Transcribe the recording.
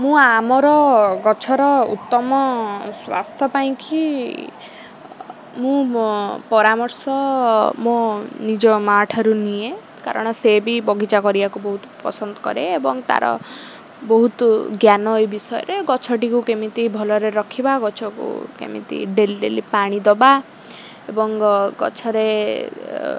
ମୁଁ ଆମର ଗଛର ଉତ୍ତମ ସ୍ୱାସ୍ଥ୍ୟ ପାଇଁ କି ମୁଁ ପରାମର୍ଶ ମୋ ନିଜ ମାଆ ଠାରୁ ନିଏ କାରଣ ସେ ବି ବଗିଚା କରିବାକୁ ବହୁତ ପସନ୍ଦ କରେ ଏବଂ ତାର ବହୁତ ଜ୍ଞାନ ଏ ବିଷୟରେ ଗଛଟିକୁ କେମିତି ଭଲରେ ରଖିବା ଗଛକୁ କେମିତି ଡେଲି ଡେଲି ପାଣି ଦେବା ଏବଂ ଗଛରେ